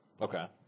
Okay